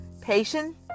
patience